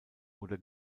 oder